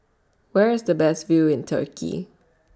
Where IS The Best View in Turkey